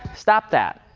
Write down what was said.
stop that.